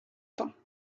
temps